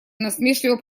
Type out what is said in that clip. насмешливо